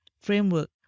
framework